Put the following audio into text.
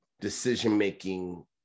decision-making